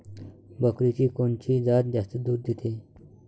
बकरीची कोनची जात जास्त दूध देते?